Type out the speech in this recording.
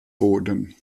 boden